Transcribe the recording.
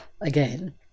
again